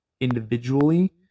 individually